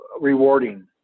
rewarding